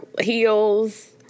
heels